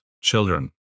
children